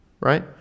Right